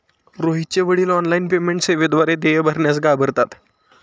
रोहितचे वडील online payment सेवेद्वारे देय भरण्यास घाबरतात